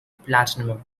platinum